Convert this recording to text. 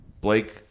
blake